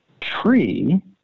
tree